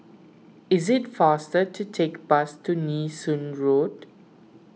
it is faster to take bus to Nee Soon Road